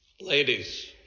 Ladies